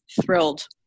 thrilled